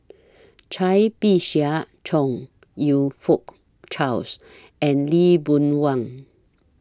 Cai Bixia Chong YOU Fook Charles and Lee Boon Wang